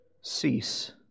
cease